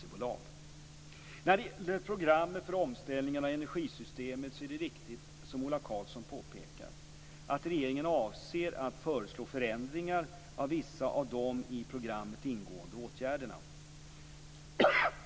När det gäller programmet för omställning av energisystemet är det riktigt, som Ola Karlsson påpekar, att regeringen avser att föreslå förändringar av vissa av de i programmet ingående åtgärderna.